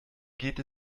geht